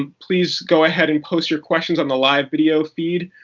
um please go ahead and post your questions on the live video feed,